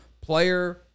player